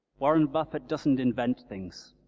warren buffett doesn't invent things